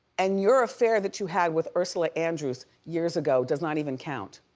and your affair that you had with ursula andress years ago does not even count.